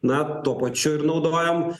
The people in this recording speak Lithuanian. na tuo pačiu ir naudojam